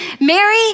Mary